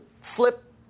flip